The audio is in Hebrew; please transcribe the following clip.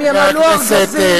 הם ימלאו ארגזים במצות וביין.